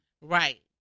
Right